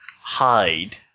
hide